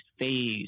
phase